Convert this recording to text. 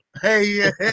Hey